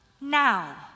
Now